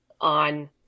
on